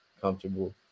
comfortable